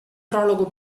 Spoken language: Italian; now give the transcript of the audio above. prologo